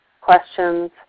questions